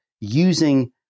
using